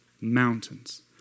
mountains